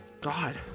god